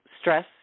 stress